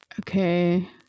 okay